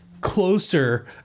closer